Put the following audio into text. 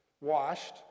washed